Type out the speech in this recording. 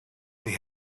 they